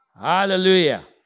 Hallelujah